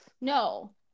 no